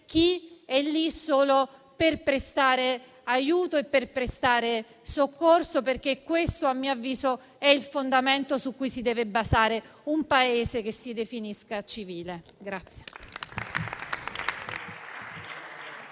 chi è lì solo per prestare aiuto e soccorso perché questo, a mio avviso, è il fondamento su cui si deve basare un Paese che si definisca civile.